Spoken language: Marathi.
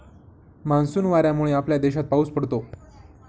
मान्सून वाऱ्यांमुळे आपल्या देशात पाऊस पडतो